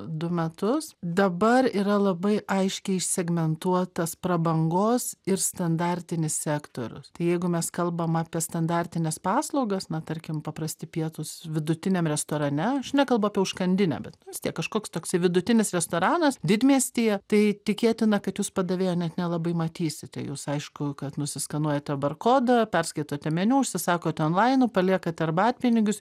du metus dabar yra labai aiškiai išsegmentuotas prabangos ir standartinis sektorius tai jeigu mes kalbam apie standartines paslaugas na tarkim paprasti pietūs vidutiniam restorane aš nekalbu apie užkandinę bet nu vis tiek kažkoks toksai vidutinis restoranas didmiestyje tai tikėtina kad jūs padavėjo net nelabai matysite jūs aišku kad nusiskanuojate bar kodą perskaitote meniu užsisakote onlainu paliekate arbatpinigius